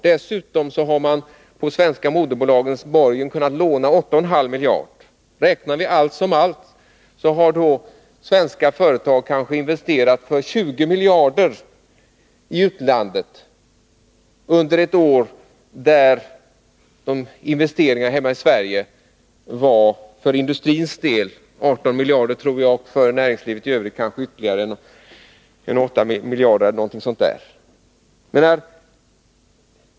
Dessutom har man mot borgen från de svenska moderbolagen kunnat låna 8 1/2 miljarder. Allt som allt har svenska företag investerat för kanske 20 miljarder i utlandet under ett år. Jag vill minnas att investeringarna hemma i Sverige samtidigt för industrins del uppgick till 18 miljarder och att näringslivet i övrigt investerade kanske ytterligare 8 miljarder.